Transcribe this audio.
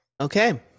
okay